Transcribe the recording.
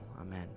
Amen